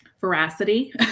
veracity